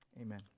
amen